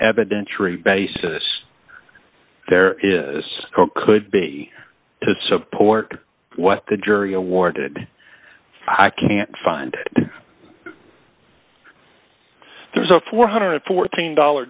evidence or a basis there is could be to support what the jury awarded i can't find there's a four hundred and fourteen dollar